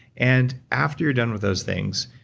and after you're done with those things,